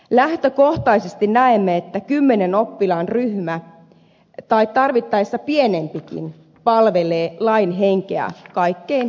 lähtökohtaisesti näemme että kymmenen oppilaan ryhmä tai tarvittaessa pienempikin palvelee lain henkeä kaikkein parhaiten